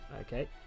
Okay